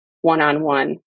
one-on-one